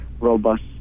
robust